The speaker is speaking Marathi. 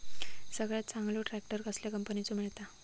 सगळ्यात चांगलो ट्रॅक्टर कसल्या कंपनीचो मिळता?